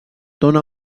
dóna